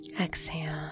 exhale